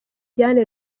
diane